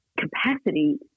capacity